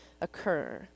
occur